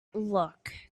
look